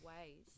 ways